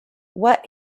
what